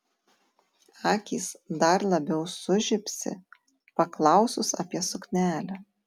akys dar labiau sužibsi paklausus apie suknelę